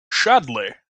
sadly